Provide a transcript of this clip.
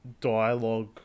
dialogue